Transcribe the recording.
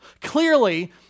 Clearly